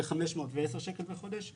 510 שקלים בחודש.